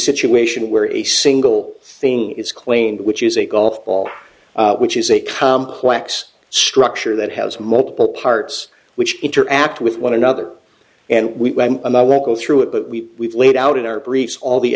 situation where a single thing is claimed which is a golf ball which is a complex structure that has multiple parts which interact with one another and we won't go through it but we laid out in our briefs all the